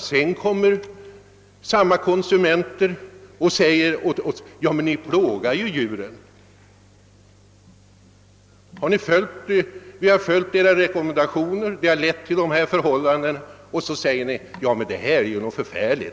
Sedan kommer samma konsumenter tillbaka och säger: Men ni plågar ju djuren! | Uppfödarna har ju bara följt rekommendationerna. Det har lett till de påtalade missförhållandena, vilka konsumenterna nu helt plötsligt finner förfärliga.